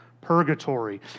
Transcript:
purgatory